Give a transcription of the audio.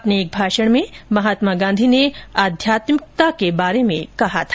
अपने एक भाषण में महात्मा गांधी ने अध्यात्मिकता के बारे में कहा था